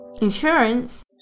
Insurance